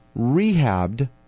rehabbed